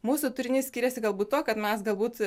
mūsų turinys skiriasi galbūt tuo kad mes galbūt